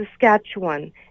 Saskatchewan